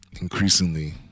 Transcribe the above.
increasingly